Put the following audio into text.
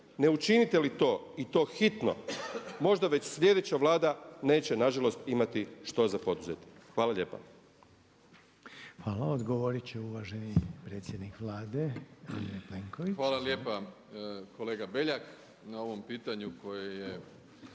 Ne učinite li to i to hitno, možda već sljedeća vlada neće nažalost imati što za poduzeti. Hvala lijepa. **Reiner, Željko (HDZ)** Hvala. Odgovorit će uvaženi predsjednik Vlade Andrej Plenković. **Plenković, Andrej (HDZ)** Hvala lijepa kolega Beljak na ovom pitanju koje je